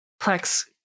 Plex